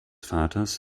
vaters